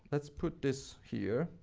let's put this here,